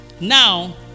now